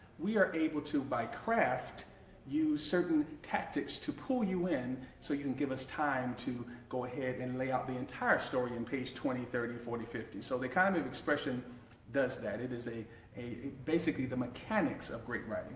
we are able to by craft use certain tactics to pull you in so you can give us time to go ahead and lay out the entire story in page twenty, thirty, forty, fifty. so the economy of expression does that it is a a basically the mechanics of great